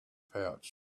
pouch